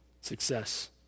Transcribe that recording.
success